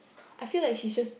I feel like she's just